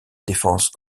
défense